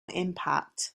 impact